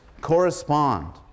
correspond